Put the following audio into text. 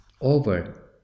over